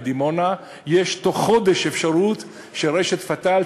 שבדימונה יש אפשרות שבתוך חודש רשת "פתאל"